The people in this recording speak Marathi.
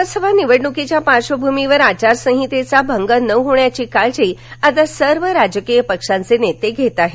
लोकसभा निवडणुकीच्या पार्श्वभूमीवर आचार संहितेचा भंग न होण्याची काळजी आता सर्व राजकीय पक्षांचे नेते घेत आहेत